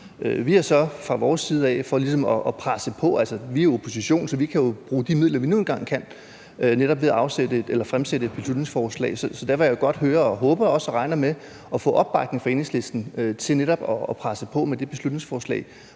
vi er i oppositionen, så vi kan jo bruge de midler, vi nu engang har – netop fremsat et beslutningsforslag. Så derfor håber jeg også på og regner med at få opbakning fra Enhedslisten til netop at presse på med det beslutningsforslag,